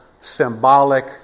symbolic